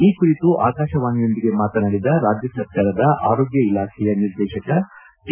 ಈ ಕುರಿತು ಆಕಾಶವಾಣಿಯೊಂದಿಗೆ ಮಾತನಾಡಿದ ರಾಜ್ಯ ಸರ್ಕಾರದ ಆರೋಗ್ಯ ಇಲಾಖೆಯ ನಿರ್ದೇಶಕ ಟಿ